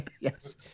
Yes